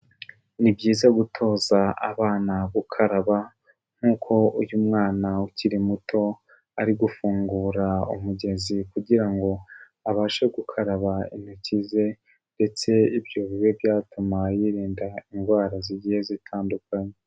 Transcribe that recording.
Ni byiza gutoza abana gukaraba nk'uko uyu mwana ukiri muto ari gufungura umugezi kugira ngo abashe gukaraba intoki ze ndetse ibyo bibe byatuma yirinda indwara zigiye zitandukanye.